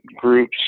groups